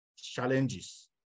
challenges